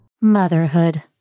Motherhood